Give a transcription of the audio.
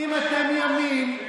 אם אתם ימין,